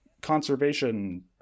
conservation